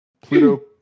Pluto